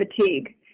fatigue